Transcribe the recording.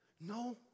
No